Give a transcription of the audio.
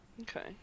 Okay